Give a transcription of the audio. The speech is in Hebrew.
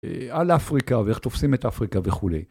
על אפריקה ואיך תופסים את אפריקה וכו'.